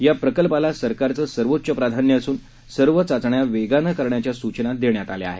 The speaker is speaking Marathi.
या प्रकल्पाला सरकारचे सर्वोच्च प्राधान्य असून सर्व चाचण्या वेगाने करण्याच्या सूचना देण्यात आल्या आहेत